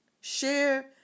Share